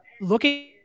looking